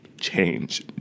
change